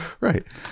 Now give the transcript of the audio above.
right